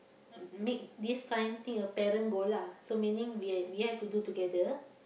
uh make this science thing your parent goal lah so meaning we have we have to do together